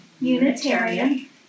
Unitarian